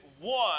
one